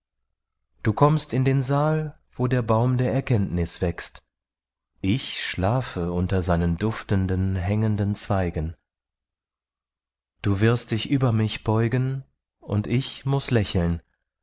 du kommst in den saal wo der baum der erkenntnis wächst ich schlafe unter seinen duftenden hängenden zweigen du wirst dich über mich beugen und ich muß lächeln